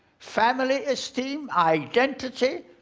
family esteem, identity,